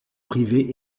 privée